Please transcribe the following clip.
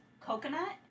coconut